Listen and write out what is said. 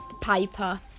Piper